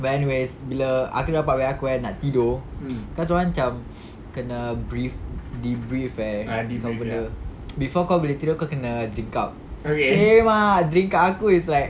but anyway bila aku nampak aku kan nak tidur kan dorang macam kena brief debrief eh kau punya before kau boleh tidur kau kena drink up drink up aku is like